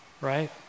right